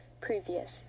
previous